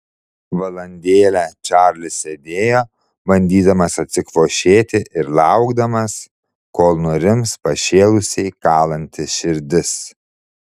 valandėlę čarlis sėdėjo bandydamas atsikvošėti ir laukdamas kol nurims pašėlusiai kalanti širdis